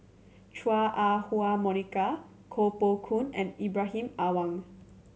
Chua Ah Huwa Monica Koh Poh Koon and Ibrahim Awang